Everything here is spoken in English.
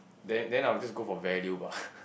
then then I will just go for value ah